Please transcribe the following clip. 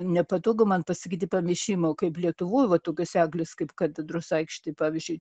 nepatogu man pasakyti pamišimo kaip lietuvoj va tokios eglės kaip katedros aikštė pavyzdžiui